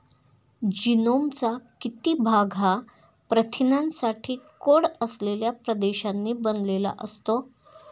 जीनोमचा किती भाग हा प्रथिनांसाठी कोड असलेल्या प्रदेशांनी बनलेला असतो?